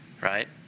Right